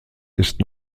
ist